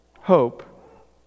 hope